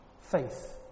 Faith